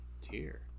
tier